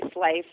life